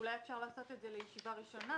אולי אפשר לעשות את זה בישיבה הראשונה,